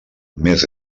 més